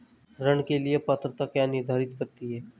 ऋण के लिए पात्रता क्या निर्धारित करती है?